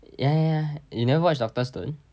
ya ya you never watch doctor stone